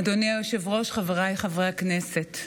אדוני היושב-ראש, חבריי חברי הכנסת,